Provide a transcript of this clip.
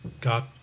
got